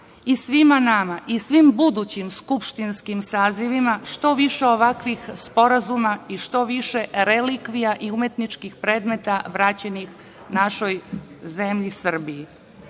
i svima nama, i svim budućim skupštinskim sazivima, što više ovakvih sporazuma i šta više relikvija i umetničkih predmeta vraćenih našoj zemlji Srbiji. Na